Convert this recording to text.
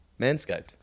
Manscaped